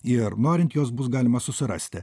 ir norint juos bus galima susirasti